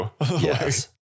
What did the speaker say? Yes